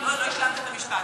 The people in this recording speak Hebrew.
לא השלמת את המשפט,